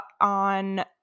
on